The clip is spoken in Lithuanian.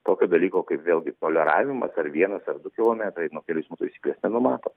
tokio dalyko kaip vėlgi toleravimas ar vienas ar du kilometrai nu kelių eismo taisyklės nenumato